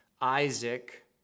Isaac